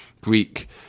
Greek